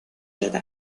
شده